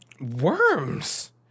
worms